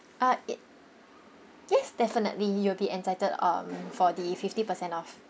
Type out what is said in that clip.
uh it yes definitely you'll be entitled um for the fifty percent off